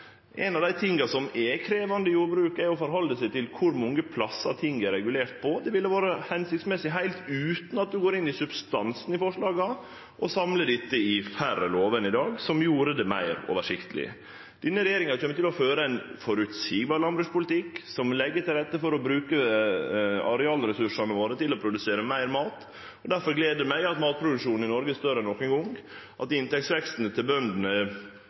Ein av dei tinga som er krevjande i jordbruket, er å ha oversikt over alle dei plassane ting er regulerte. Det ville vore hensiktsmessig, heilt utan at ein går inn i substansen i forslaga, å samle dette i færre lover enn i dag, noko som ville gjere det meir oversiktleg. Denne regjeringa kjem til å føre ein føreseieleg landbrukspolitikk som legg til rette for å bruke arealressursane våre til å produsere meir mat. Derfor gler det meg at matproduksjonen i Noreg er større enn nokon gong, at inntektsveksten til bøndene